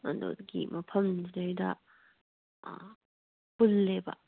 ꯑꯗꯨꯒꯤ ꯃꯐꯝꯗꯨꯗꯩꯗ ꯑꯥ ꯄꯨꯜꯂꯦꯕ